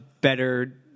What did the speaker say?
better